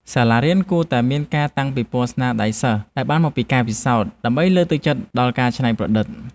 សាលារៀនគួរតែមានការតាំងពិព័រណ៍ស្នាដៃសិស្សដែលបានមកពីការពិសោធន៍ ដើម្បីលើកទឹកចិត្តដល់ការច្នៃប្រឌិត។